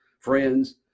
friends